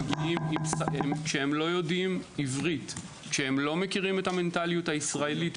הם מגיעים כשהם לא יודעים עברית ולא מכירים את המנטליות הישראלית,